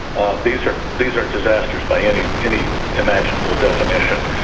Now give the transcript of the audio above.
ah these are these are disasters by any any imaginable definition.